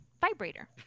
vibrator